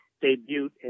debut